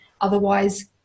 Otherwise